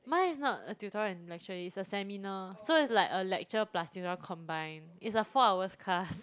mine is not a tutorial and lecture is a seminar so is like a lecture plus tutorial combined is a four hours class